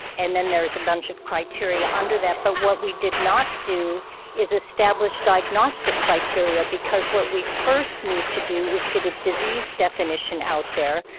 and then there's a bunch of criteria under that. but what we did not do is establish diagnostic criteria because what we first need to do is get a disease definition out there,